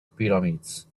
pyramids